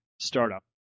startup